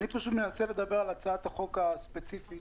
בוקר טוב, אני מנכ"ל ישראייר, אורי סירקיס.